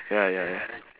ya ya ya